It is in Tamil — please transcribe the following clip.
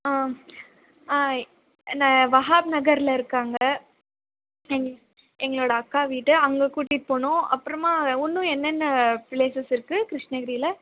ஆ ஆ நான் வகாப் நகரில் இருக்காங்க ம் எங்களோட அக்கா வீடு அங்கே கூட்டிகிட்டு போகனும் அப்பறமாக இன்னும் என்ன என்ன பிளேசஸ் இருக்கு கிருஷ்ணகிரியில